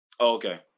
Okay